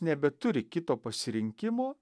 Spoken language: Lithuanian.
nebeturi kito pasirinkimo